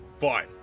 Fine